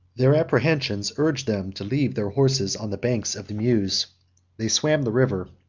their apprehensions urged them to leave their horses on the banks of the meuse they swam the river,